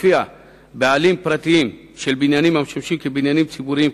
ולפיה בעלים פרטיים של בניינים המשמשים כבניינים ציבוריים,